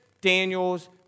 Daniel's